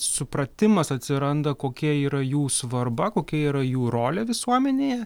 supratimas atsiranda kokia yra jų svarba kokia yra jų rolė visuomenėje